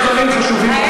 יש דברים חשובים בחיים.